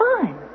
fine